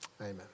Amen